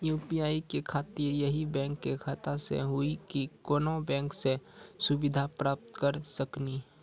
UPI के खातिर यही बैंक के खाता से हुई की कोनो बैंक से सुविधा प्राप्त करऽ सकनी?